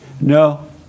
No